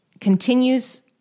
continues